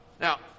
Now